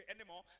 anymore